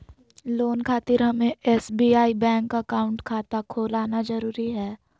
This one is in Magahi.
लोन खातिर हमें एसबीआई बैंक अकाउंट खाता खोल आना जरूरी है?